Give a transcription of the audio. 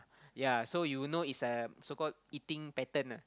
ya so you will know is um so called eating pattern ah